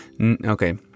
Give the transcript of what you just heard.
okay